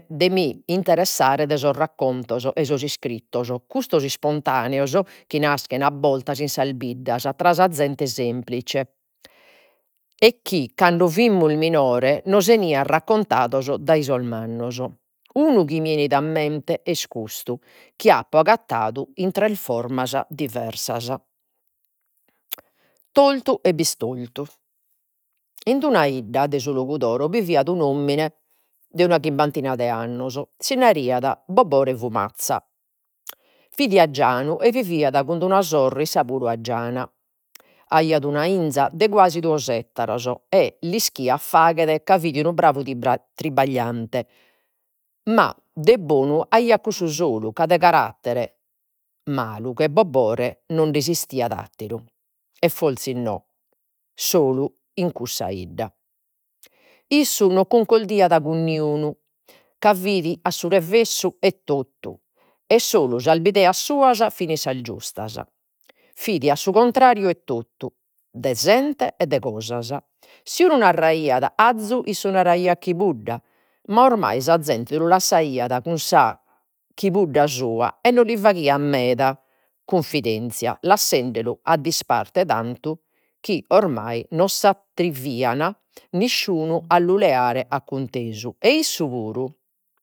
mi interessare de sos raccontos e sos iscrittos, cussos ispontaneos, chi naschen a boltas in sas biddas tra sa zente semplice, e chi cando fimus minore nos 'enian raccontados dai sos mannos. Unu chi mi 'enit a mente est custu, chi apo agattadu in tre formas diversas, tortu e bistortu. In una 'idda de su Logudoro, bi viviat un 'omine de una chimbantina de annos. Si naraiat Fumazza. Fit ajanu e viviat cun d'una sorre issa puru. Aiat una ‘inza de quasi duos ettaros e l'ischiat faghere, ca fit unu bravu tribagliante ma de bonu aiat cussu solu, ca de carattere malu che Bobore no nd'esistiat atteru, e forsis no, solu in cussa 'idda. Issu non cuncordiat cun niunu ca fit a su revessu 'e totu, e solu sas bideas suas fin sas giustas. Fit a su contrariu 'e totu, de zente e de cosas. Si unu naraiat azu isse naraiat chibudda ma oramai sa zente lu lassaiat cun chibudda sua e no li faghian meda cunfidenzia lassendelu a disparte tantu chi oramai no attrivian nisciunu a lu leare a e issu puru